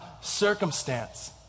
circumstance